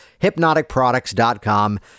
hypnoticproducts.com